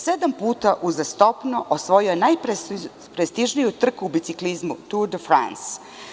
Sedam puta uzastopno osvojio je najprestižniju trku u biciklizmu „Tour de France“